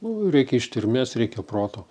nu reikia ištvermės reikia proto